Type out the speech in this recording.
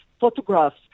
photographs